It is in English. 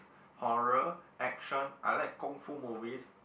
horror action I like kungfu movies